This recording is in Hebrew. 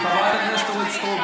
חברת הכנסת אורית סטרוק,